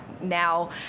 now